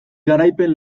garaipen